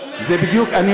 זה בדיוק.